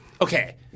okay